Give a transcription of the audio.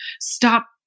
stop